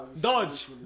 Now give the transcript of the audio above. Dodge